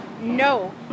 No